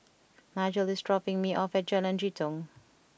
Nigel is dropping me off at Jalan Jitong